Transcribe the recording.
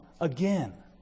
again